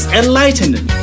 enlightening